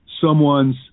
someone's